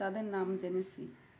তাদের নাম জেনেছি